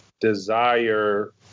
desire